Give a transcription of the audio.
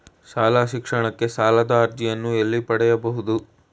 ಶಾಲಾ ಶಿಕ್ಷಣಕ್ಕೆ ಸಾಲದ ಅರ್ಜಿಯನ್ನು ಎಲ್ಲಿ ಪಡೆಯಬಹುದು?